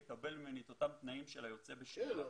יקבל ממני את אותם תנאים של היוצא בשאלה.